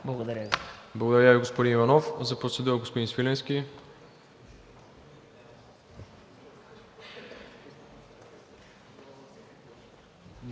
Благодаря Ви, господин Иванов. За процедура – господин Свиленски.